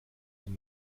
den